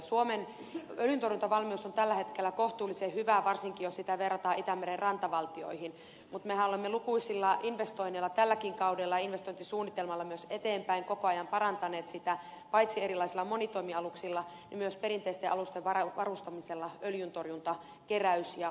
suomen öljyntorjuntavalmius on tällä hetkellä kohtuullisen hyvä varsinkin jos sitä verrataan itämeren rantavaltioihin mutta mehän olemme lukuisilla investoinneilla tälläkin kaudella ja investointisuunnitelmalla myös koko ajan parantaneet sitä paitsi erilaisilla monitoimialuksilla niin myös perinteisten alusten varustamisella öljyntorjuntakeräys ja torjuntavälineistöin